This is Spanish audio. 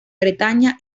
bretaña